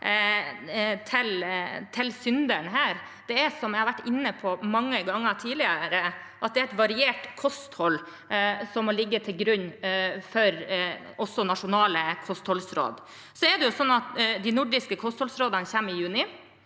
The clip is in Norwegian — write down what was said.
til synderen her. Det er, som jeg har vært inne på mange ganger tidligere, et variert kosthold som må ligge til grunn for også nasjonale kostholdsråd. De nordiske kostholdsrådene kommer i juni.